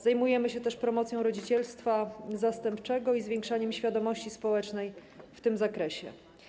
Zajmujemy się też promocją rodzicielstwa zastępczego i zwiększaniem świadomości społecznej w tym zakresie.